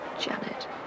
Janet